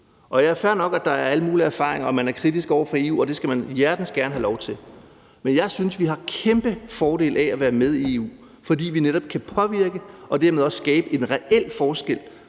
Det er fair nok, at der er alle mulige erfaringer, og at man er kritisk over for EU, og det skal man hjertens gerne have lov til. Men jeg synes, at vi har kæmpe fordel af at være med i EU, fordi vi netop kan påvirke og dermed også skabe en reel forskel